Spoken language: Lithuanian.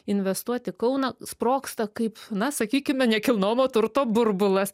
investuot į kauną sprogsta kaip na sakykime nekilnojamo turto burbulas